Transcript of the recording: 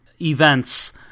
events